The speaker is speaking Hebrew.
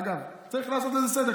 אגב, צריך לעשות בזה סדר.